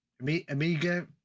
Amiga